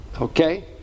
Okay